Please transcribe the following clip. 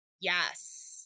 yes